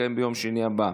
שתתקיים ביום שני הבא.